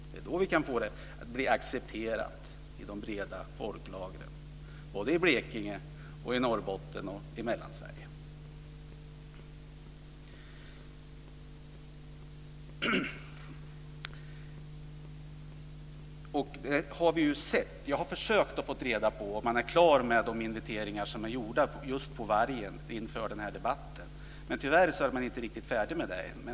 Det är så vi kan få den att bli accepterad i de breda folklagren i Inför den här debatten har jag försökt att ta reda på om man är klar med inventeringarna av vargen, men tyvärr är man inte riktigt färdig med dem ännu.